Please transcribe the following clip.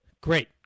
Great